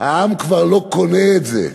העם כבר לא קונה את זה.